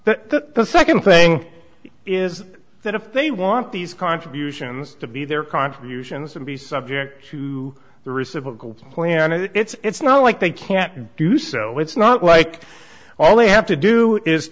that the nd thing is that if they want these contributions to be their contributions would be subject to the reciprocal plan and it's not like they can't do so it's not like all they have to do is